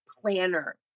planner